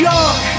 York